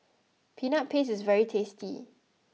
Peanut Paste is very tasty